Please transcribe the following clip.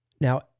Now